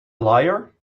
liar